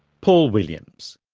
paul williams.